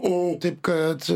o taip kad